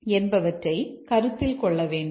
என்பவற்றை கருத்தில் கொள்ள வேண்டும்